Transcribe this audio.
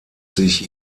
sich